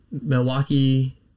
Milwaukee